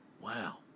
Wow